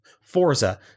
Forza